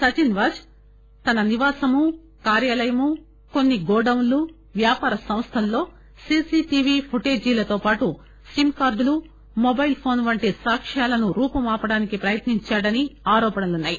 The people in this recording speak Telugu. సచిస్ వాజ్ తన నివాసమూ కార్యాలయం కొన్ని గోడాన్లు వ్యాపార సంస్థల్లో సిసిటివి పుటేజీలతో పాటు సిమ్ కార్దులు మొబైల్ ఫోస్ వంటి సాక్ట్యాలను రూపుమాపడానికి ప్రయత్నించాడని ఆరోపణలు ఉన్నాయి